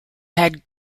had